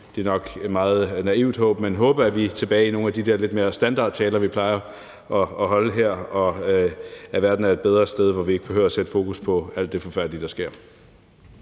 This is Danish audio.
at når vi står her næste år, er vi tilbage i nogle af de der mere standardagtige taler, vi plejer at holde her, og at verden er et bedre sted, hvor vi ikke behøver at sætte fokus på alt det forfærdelige, der sker.